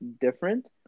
different